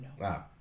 Wow